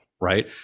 right